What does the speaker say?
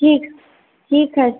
ठीक ठीक है